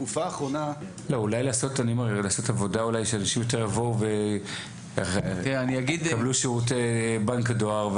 אולי לעשות עבודה שאנשים יותר יבואו ויקבלו שירותי בנק הדואר.